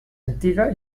antiga